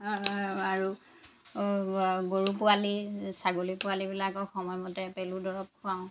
আৰু গৰু পোৱালি ছাগলী পোৱালিবিলাকক সময়মতে পেলু দৰৱ খুৱাওঁ